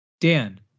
Dan